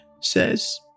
says